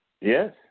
Yes